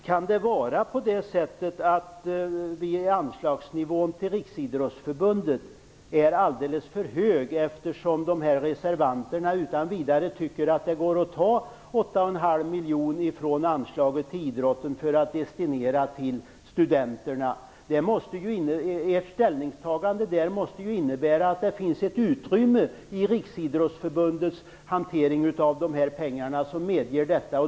Kan det vara så att anslaget till Riksidrottsförbundet är alldeles för högt, när reservanterna utan vidare tycker att det går att ta åtta och en halv miljon från anslaget till idrotten för att destineras till studenterna? Ert ställningstagande måste innebära att det finns ett utrymme i Riksidrottsförbundets hantering av dessa pengar som medger detta.